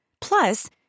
Plus